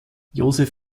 joseph